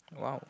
!wow!